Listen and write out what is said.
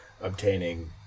obtaining